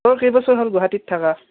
তোৰ কেইবছৰ হ'ল গুৱাহাটীত থাকা